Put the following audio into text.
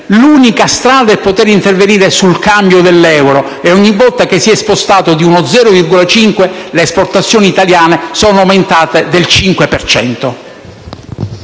L'unica strada è poter intervenire sul cambio dell'euro, e ogni volta che il cambio si è spostato di mezzo punto, le esportazioni italiane sono aumentate del 5